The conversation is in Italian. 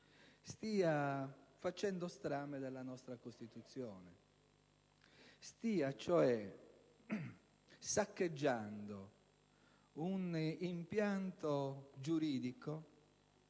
stia facendo strame della nostra Costituzione, stia, cioè, saccheggiando un impianto giuridico